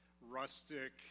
rustic